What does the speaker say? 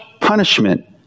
punishment